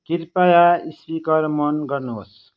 कृपया स्पिकर मौन गर्नुहोस्